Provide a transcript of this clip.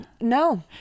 no